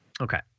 Okay